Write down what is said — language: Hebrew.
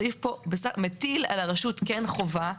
הסעיף פה מטיל על הרשות חובה,